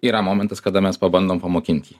yra momentas kada mes pabandom pamokint jį